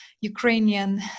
Ukrainian